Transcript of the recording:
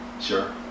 Sure